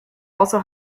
also